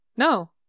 No